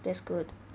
that's good